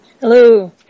Hello